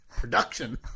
production